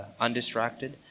undistracted